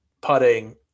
putting